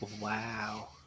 Wow